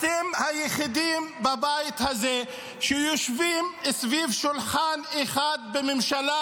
אתם היחידים בבית הזה שיושבים סביב שולחן אחד בממשלה,